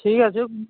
ঠিক আছে